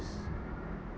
s~